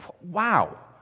wow